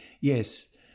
Yes